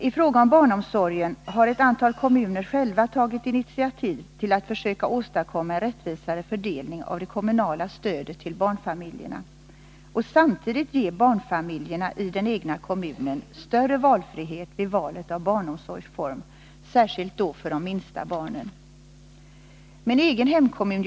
I fråga om barnomsorgen har ett antal kommuner själva tagit initiativ till att försöka åstadkomma en rättvisare fördelning av det kommunala stödet till barnfamiljerna och samtidigt ge barnfamiljerna i den egna kommunen större valfrihet vid valet av barnomsorgsform, särskilt för de minsta barnen. Min egen hemkommun.